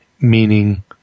meaning